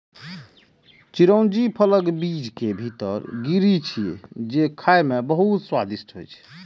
चिरौंजी फलक बीज के भीतर गिरी छियै, जे खाइ मे बहुत स्वादिष्ट होइ छै